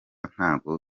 ntago